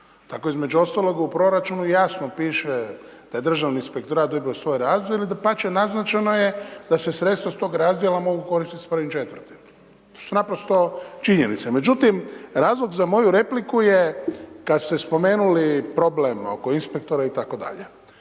Tako između ostalog u proračunu jasno piše da je državni inspektorat dobio svoj razdjel i dapače naznačeno je da se sredstva s tog razdjela mogu koristit s 1.4. To su naprosto činjenice. Međutim, razlog za moju repliku je kad ste spomenuli problem oko inspektora itd. Dakle,